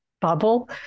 bubble